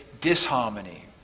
disharmony